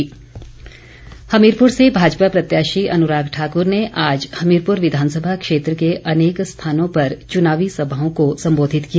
अनुराग ठाकुर हमीरपुर से भाजपा प्रत्याशी अनुराग ठाकुर ने आज हमीरपुर विधानसभा क्षेत्र के अनेक स्थानों पर चुनावी सभाओं को संबोधित किया